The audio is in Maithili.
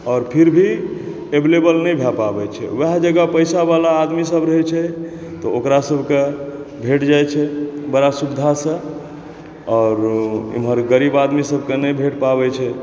आओर फिर भी अवेलबल नहि भए पाबै छै वएह जगह पैसा वला आदमी सब जे होइ छै तऽ ओकरा सबके भेट जाइ छै बड़ा सुविधा सॅं आओर इमहर गरीब आदमी सबके नहि भेट पाबै छै